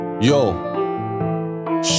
Yo